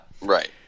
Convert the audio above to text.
Right